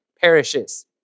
perishes